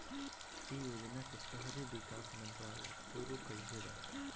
इ योजना के शहरी विकास मंत्रालय शुरू कईले बा